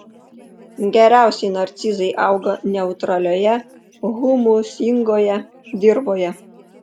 geriausiai narcizai auga neutralioje humusingoje dirvoje